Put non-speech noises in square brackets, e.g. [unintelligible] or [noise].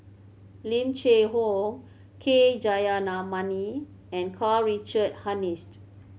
Lim Cheng Hoe K [unintelligible] and Karl Richard Hanitsch